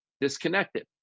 disconnected